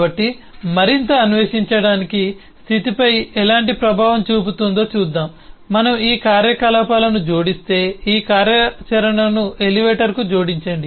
కాబట్టి మరింత అన్వేషించడానికి స్థితిపై ఎలాంటి ప్రభావం చూపుతుందో చూద్దాం మనము ఈ కార్యకలాపాలను జోడిస్తే ఈ కార్యాచరణను ఎలివేటర్కు జోడించండి